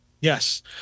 Yes